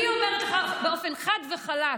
אני אומרת לך באופן חד וחלק: